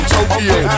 Tokyo